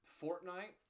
Fortnite